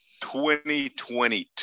2022